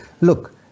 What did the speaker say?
Look